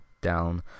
down